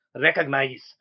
recognize